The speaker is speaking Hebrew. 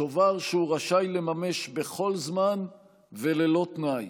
שובר שהוא רשאי לממש בכל זמן וללא תנאי,